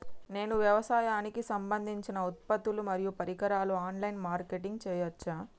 నేను వ్యవసాయానికి సంబంధించిన ఉత్పత్తులు మరియు పరికరాలు ఆన్ లైన్ మార్కెటింగ్ చేయచ్చా?